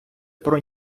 про